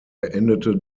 beendete